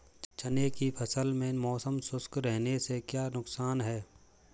चने की फसल में मौसम शुष्क रहने से क्या नुकसान है?